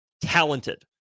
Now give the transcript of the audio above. Talented